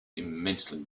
immensely